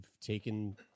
taken